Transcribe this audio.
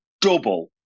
double